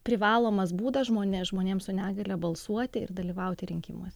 privalomas būdas žmone žmonėms su negalia balsuoti ir dalyvauti rinkimuose